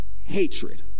Hatred